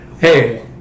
Hey